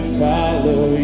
follow